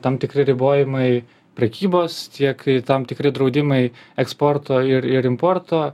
tam tikri ribojimai prekybos tiek tam tikri draudimai eksporto ir ir importo